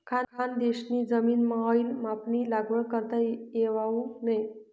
खानदेशनी जमीनमाऑईल पामनी लागवड करता येवावू नै